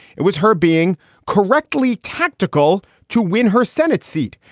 it was her being correctly tactical to win her senate seat.